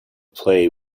play